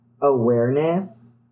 awareness